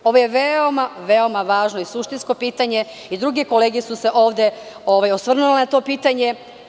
Ovo je veoma važno i suštinsko pitanje i druge kolege su se ovde osvrnule na to pitanje.